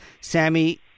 Sammy